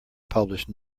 published